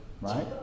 right